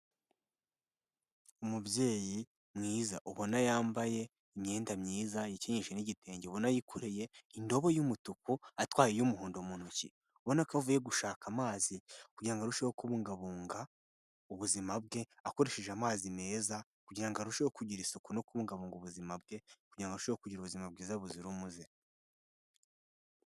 Umubyeyi mwiza ubona yambaye imyenda myiza yikenyeje n'igitenge ubona ko yikoreye indobo y'umutuku atwayaye iy'umuhondo mu ntoki. Ubona ko avuye gushaka amazi kugira ngo arusheho kubungabunga ubuzima bwe akoresheje amazi meza kugira ngo arusheho kugira isuku no kubungabunga ubuzima bwe, kugira ngo arusheho kugira ubuzima bwiza buzira umuze.